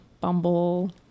Bumble